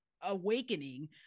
awakening